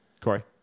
Corey